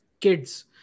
kids